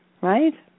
right